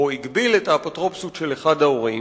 הגביל את האפוטרופסות של אחד ההורים,